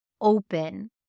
open